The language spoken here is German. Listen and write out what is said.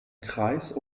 kreis